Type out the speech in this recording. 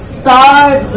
stars